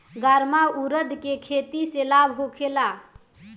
गर्मा उरद के खेती से लाभ होखे ला?